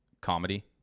comedy